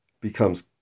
becomes